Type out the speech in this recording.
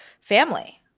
family